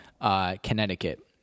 Connecticut